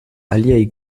aliaj